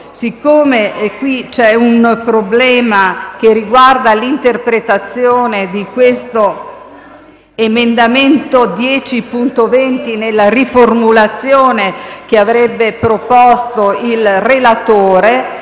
Siccome qui c'è un problema che riguarda l'interpretazione dell'emendamento 10.20 nella riformulazione proposta dal relatore,